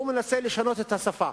הוא מנסה לשנות את השפה,